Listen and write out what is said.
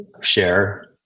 share